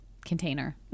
container